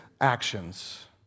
actions